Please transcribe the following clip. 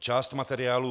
Část materiálu